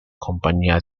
compañía